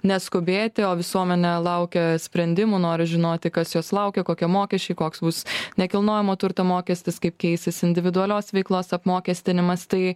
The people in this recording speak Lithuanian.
neskubėti o visuomenė laukia sprendimų nori žinoti kas jos laukia kokie mokesčiai koks bus nekilnojamo turto mokestis kaip keisis individualios veiklos apmokestinimas tai